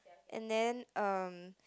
and then um